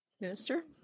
Minister